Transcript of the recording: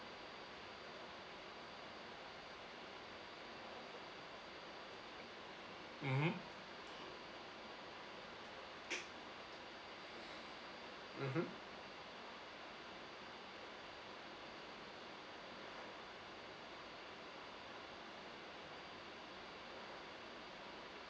mmhmm mmhmm